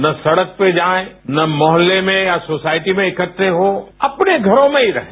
ना सड़क पे जाएं ना मोहल्ले में या सोसायटी में इकट्ठे हॉ अपने घरों में ही रहें